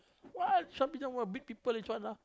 what some prison warden beat people this one lah